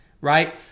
right